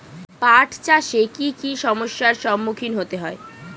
পাঠ চাষে কী কী সমস্যার সম্মুখীন হতে হয়?